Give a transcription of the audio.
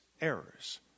Errors